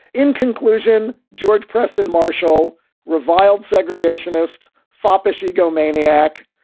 in conclusion, george preston marshall reviled, segregationist, foppish, ego, maniac,